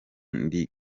ndi